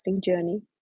journey